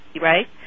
Right